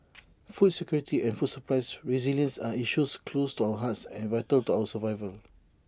food security and food supply's resilience are issues close to our hearts and vital to our survival